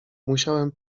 musiałem